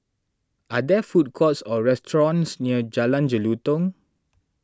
are there food courts or restaurants near Jalan Jelutong